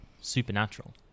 supernatural